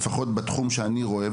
לפחות בתחום שאותו אני רואה.